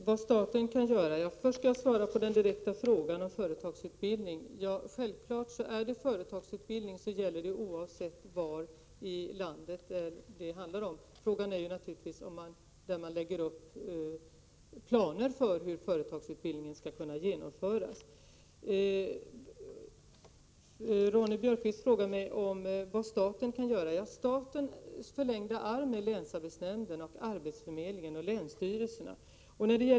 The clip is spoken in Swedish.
Herr talman! Först vill jag svara på den direkta frågan om företagsutbildning. Anslaget till företagsutbildning gäller självfallet oavsett var i landet utbildningen sker. Frågan gäller naturligtvis hur man lägger upp planerna för den företagsutbildning som skall genomföras. Ingrid Ronne-Björkqvist frågar mig vad staten kan göra. Statens förlängda arm är länsarbetsnämnderna, arbetsförmedlingarna och länsstyrelserna.